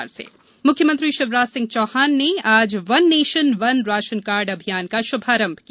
Shivraj ration मुख्यमंत्री शिवराज सिंह चौहान ने आज one nation one ration card अभियान का शुभारम्भ किया